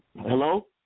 hello